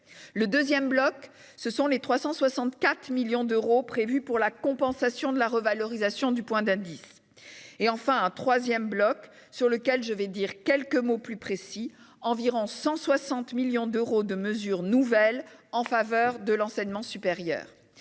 Le deuxième bloc renvoie aux 364 millions d'euros prévus pour la compensation de la revalorisation du point d'indice. Quant au troisième bloc, sur lequel je vais dire quelques mots plus précis, il regroupe environ 160 millions d'euros de mesures nouvelles en faveur de l'enseignement supérieur.